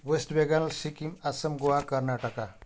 West Bengal Sikkim Assam Goa Karnataka